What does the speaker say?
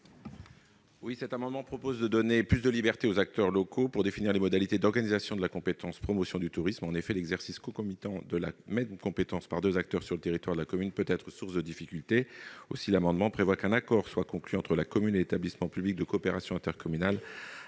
Cet amendement vise à donner davantage de liberté aux acteurs locaux pour définir les modalités d'organisation de la compétence promotion du tourisme. En effet, l'exercice concomitant de la même compétence par deux acteurs sur le territoire de la commune peut être source de difficultés. Aussi, l'amendement a pour objet qu'un accord soit conclu entre la commune et l'EPCI, afin que, au cas par cas, les